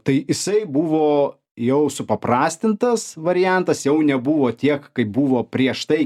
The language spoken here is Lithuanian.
tai jisai buvo jau supaprastintas variantas jau nebuvo tiek kaip buvo prieš tai